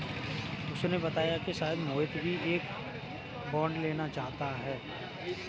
उसने बताया कि शायद मोहित भी एक बॉन्ड लेना चाहता है